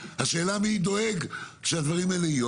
השאלה היא מי דואג שהדברים האלה יקרו.